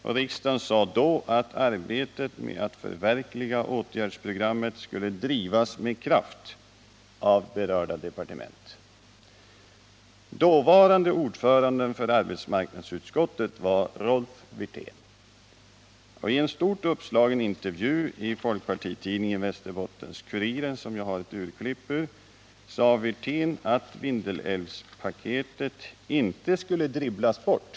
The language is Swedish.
Och riksdagen sade då att arbetet med att förverkliga åtgärdsprogrammet skulle drivas med kraft av berörda departement. Ordförande för arbetsmarknadsutskottet var då Rolf Wirtén, och i en stort uppslagen intervju i folkpartitidningen Västerbottens-Kuriren, som jag har ett urklipp ur, sade Wirtén att Vindelälvspaketet inte skulle dribblas bort.